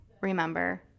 remember